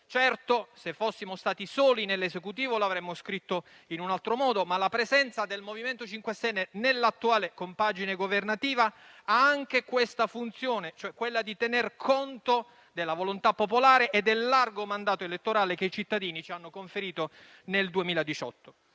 Certo, se fossimo stati soli nell'esecutivo, l'avremmo scritta in un altro modo, ma la presenza del MoVimento 5 Stelle nell'attuale compagine governativa ha anche questa funzione, cioè quella di tenere conto della volontà popolare e del largo mandato elettorale che i cittadini ci hanno conferito nel 2018.